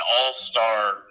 all-star